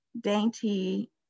dainty